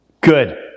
Good